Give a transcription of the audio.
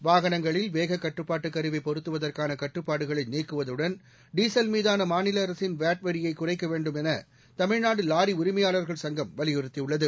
வாகனங்களில் வேக கட்டுபாடு கருவி பொருத்துவதற்கான கட்டுப்பாடுகளை நீக்குவதுடன் டுசல் மீதான மாநில அரசின் வாட் வரியை குறைக்க வேண்டும் என தமிழ்நாடு வாரி உரிமையாளர்கள் சங்கம் வலியுறுத்தியுள்ளது